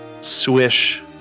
swish